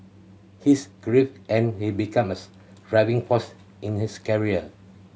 his grief and he become his driving force in his career